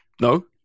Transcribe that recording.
No